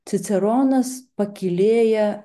ciceronas pakylėja